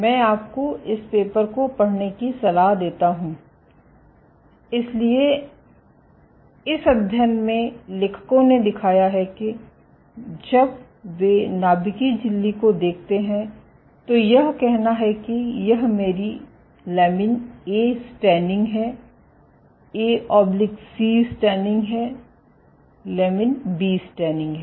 मैं आपको इस पेपर को पढ़ने की सलाह देता हूँ इसलिए इस अध्ययन में लेखकों ने दिखाया है कि जब वे नाभिकीय झिल्ली को देखते हैं तो यह कहना कि यह मेरी लैमिन A स्टेनिंग है एसी स्टेनिंग हैI लैमिन B स्टेनिंग है